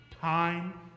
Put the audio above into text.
time